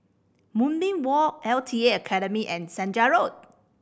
Moonbeam Walk L T A Academy and Senja Road